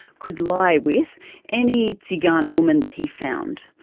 could lie with any tigan woman that he found.